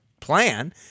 plan